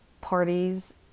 parties